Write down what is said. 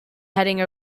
heading